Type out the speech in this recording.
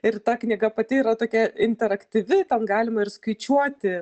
ir ta knyga pati yra tokia interaktyvi ten galima ir skaičiuoti